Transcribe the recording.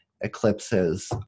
eclipses